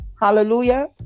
Hallelujah